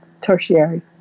tertiary